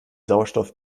sauerstoff